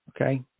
okay